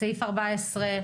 סעיף 14,